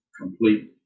complete